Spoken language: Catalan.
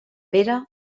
pere